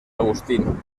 agustín